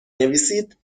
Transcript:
نویسید